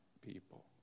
people